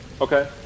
Okay